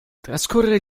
trascorre